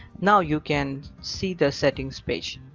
now you can see the settings page.